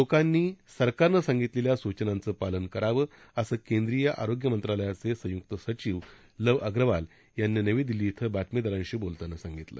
लोकांनी सरकारनं सांगितलेल्या सूचनांचं पालन करावं असं केंद्रीय आरोग्य मंत्रालयाचे संय्क्त सचिव लव अग्रवाल यांनी नवी दिल्ली इथं वार्ताहरांशी बोलताना सांगितलं